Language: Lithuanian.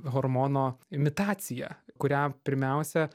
hormono imitaciją kurią pirmiausia